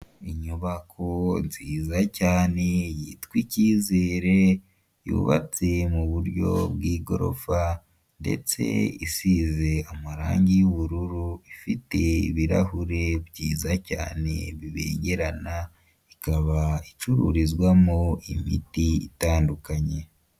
Inyubako nziza cyane yitwa ikizere yubatse mu buryo bw'igorofa, ndetse isize amarangi y'ubururu ifite ibirahure byiza bibengerana ikaba icururizwamo imiti itandukanye.